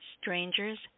Strangers